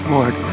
Lord